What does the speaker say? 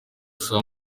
saa